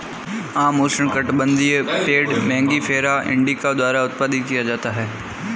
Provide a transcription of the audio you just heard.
आम उष्णकटिबंधीय पेड़ मैंगिफेरा इंडिका द्वारा उत्पादित किया जाता है